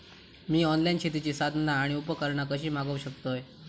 मी online शेतीची साधना आणि उपकरणा कशी मागव शकतय?